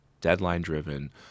deadline-driven